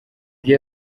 byo